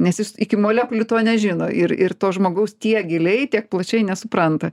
nes jis iki molekulių to nežino ir ir to žmogaus tiek giliai tiek plačiai nesupranta